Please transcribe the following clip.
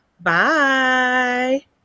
bye